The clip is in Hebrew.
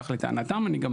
כך לטענתן, ואני גם